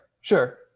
Sure